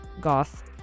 goth